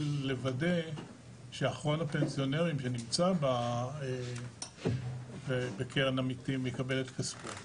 בשביל לוודא שאחרון הפנסיונרים שנמצא בקרן עמיתים יקבל את כספו.